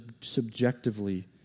subjectively